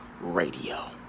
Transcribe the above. Radio